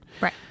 Right